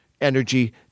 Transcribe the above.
energy